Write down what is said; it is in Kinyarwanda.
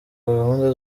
gahunda